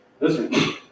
Listen